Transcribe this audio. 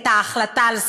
את ההחלטה על שכרנו.